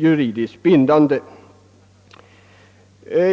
juridiskt bindande.